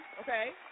okay